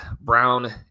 Brown